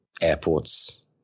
airports